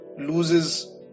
loses